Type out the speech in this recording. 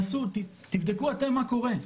תבדקו אתם מה קורה.